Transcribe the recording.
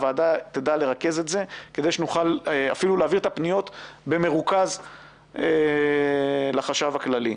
הוועדה תדע לרכז את זה כדי שנוכל להעביר את הפניות במרוכז לחשב הכללי.